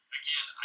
again